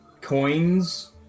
coins